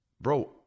bro